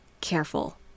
careful